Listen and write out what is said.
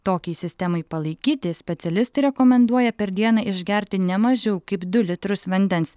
tokiai sistemai palaikyti specialistai rekomenduoja per dieną išgerti ne mažiau kaip du litrus vandens